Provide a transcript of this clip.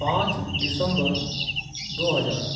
पाँच दिसम्बर दो हजार